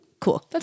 cool